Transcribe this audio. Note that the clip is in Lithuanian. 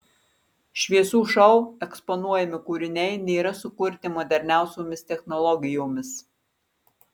šviesų šou eksponuojami kūriniai nėra sukurti moderniausiomis technologijomis